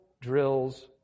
drills